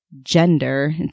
gender